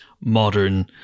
modern